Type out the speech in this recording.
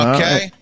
Okay